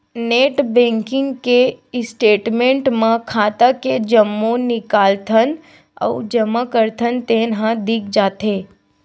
net banking के statement म खाता के जम्मो निकालथन अउ जमा करथन तेन ह दिख जाथे